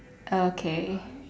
okay